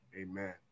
Amen